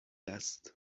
است